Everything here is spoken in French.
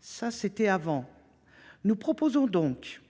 ça, c’était avant… Nous proposons donc